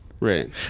right